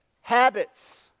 Habits